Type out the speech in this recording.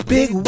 Big